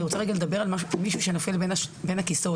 אני רוצה לדבר על מישהו שנופל בין הכיסאות.